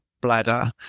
bladder